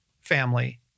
family